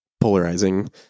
polarizing